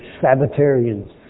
sabbatarians